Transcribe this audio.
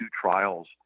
trials